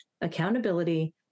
accountability